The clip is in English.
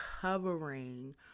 covering